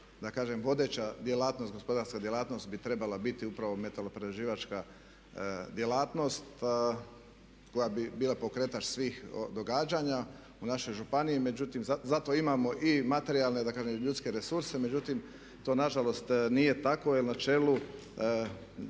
da kažem vodeća gospodarska djelatnost bi trebala biti upravo metalo-prerađivačka djelatnost koja bi bila pokretač svih događanja u našoj županiji. Međutim, zato imamo i materijalne da kažem ljudske resurse, međutim to nažalost nije tako jer na čelu